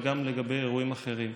וגם לגבי אירועים אחרים.